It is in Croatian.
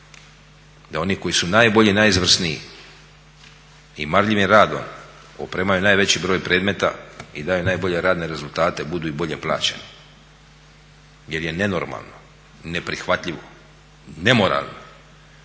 da oni koji su najbolji i najizvrsniji i marljivim radom opremaju najveći broj predmeta i daju najbolje radne rezultate budu i bolje plaćeni. Jer je nenormalno i neprihvatljivo i nemoralno